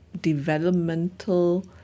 developmental